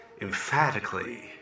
emphatically